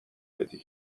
بدی